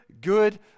good